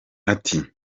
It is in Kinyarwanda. ati